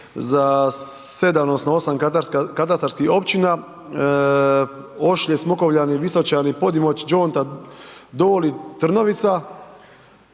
za 7 odnosno 8 katastarskih općina, Ošlje, Smokovljani, Visočani, Podimoć, Đonta, Doli, Trnovica